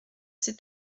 ces